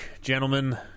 gentlemen